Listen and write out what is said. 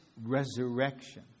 resurrection